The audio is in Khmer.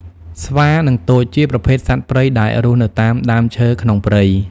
ស្វា និងទោច ជាប្រភេទសត្វព្រៃដែលរស់នៅតាមដើមឈើក្នុងព្រៃ។